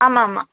ஆமாம் ஆமாம்